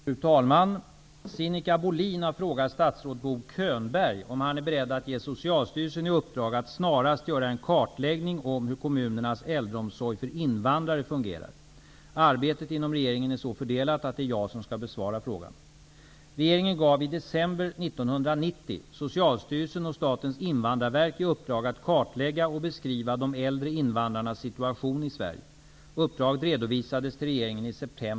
Fru talman! Sinikka Bohlin har frågat statsrådet Bo Könberg om han är beredd att ge Socialstyrelsen i uppdrag att snarast göra en kartläggning om hur kommunernas äldreomsorg för invandrare fungerar. Arbetet inom regeringen är så fördelat att det är jag som skall besvara frågan.